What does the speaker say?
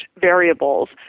variables